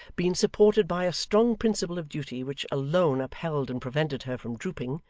been supported by a strong principle of duty which alone upheld and prevented her from drooping,